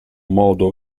modo